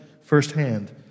firsthand